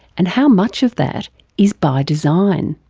and how much of that is by design.